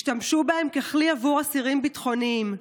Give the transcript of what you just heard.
השתמשו בהן ככלי בעבור אסירים ביטחוניים.